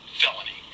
felony